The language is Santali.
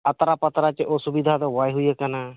ᱟᱛᱨᱟ ᱯᱟᱛᱨᱟ ᱪᱮ ᱚᱥᱩᱵᱤᱫᱷᱟ ᱫᱚ ᱵᱟᱭ ᱦᱩᱭ ᱠᱟᱱᱟ